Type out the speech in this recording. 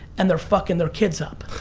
and they're fucking their kids up.